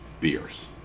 beers